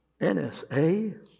NSA